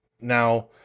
now